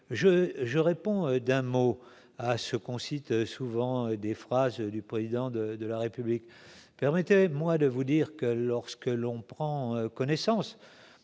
je réponds d'un mot à ce qu'on cite souvent des phrases du président de de la République, permettez-moi de vous dire que lorsque l'on prend connaissance